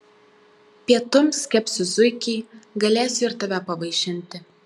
pietums kepsiu zuikį galėsiu ir tave pavaišinti